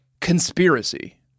conspiracy